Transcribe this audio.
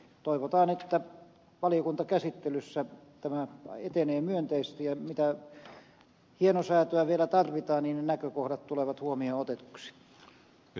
toivotaan että valiokuntakäsittelyssä tämä etenee myönteisesti ja mikäli hienosäätöä vielä tarvitaan ne näkökohdat tulevat huomioon otetuiksi